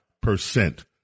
percent